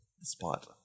spot